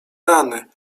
rany